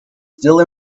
still